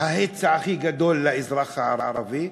ההיצע הכי גדול לאזרח הערבי?